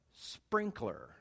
Sprinkler